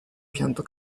pianto